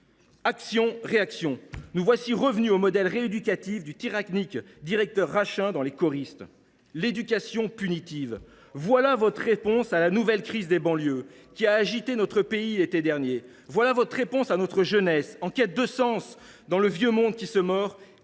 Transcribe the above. Action, réaction ! Nous voilà revenus au modèle rééducatif du tyrannique directeur Rachin dans le film. L’éducation punitive : telle est votre réponse à la crise des banlieues qui a agité notre pays l’été dernier ; telle est votre réponse à notre jeunesse en quête de sens dans « le vieux monde [qui] se meurt